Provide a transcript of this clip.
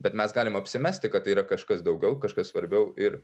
bet mes galim apsimesti kad tai yra kažkas daugiau kažkas svarbiau ir